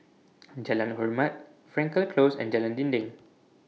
Jalan Hormat Frankel Close and Jalan Dinding